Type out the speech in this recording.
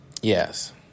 Yes